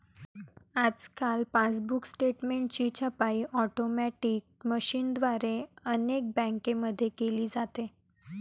आजकाल पासबुक स्टेटमेंटची छपाई ऑटोमॅटिक मशीनद्वारे अनेक बँकांमध्ये केली जाते